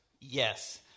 Yes